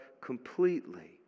completely